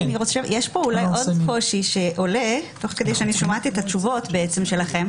יש פה אולי עוד קושי שעולה תוך כדי שאני שומעת את התשובות שלכם.